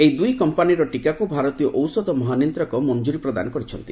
ଏହି ଦୂଇ କମ୍ପାନୀର ଟୀକାକୁ ଭାରତୀୟ ଔଷଧ ମହାନିୟନ୍ତ୍ରକ ମଞ୍ଜୁରି ପ୍ରଦାନ କରିଛନ୍ତି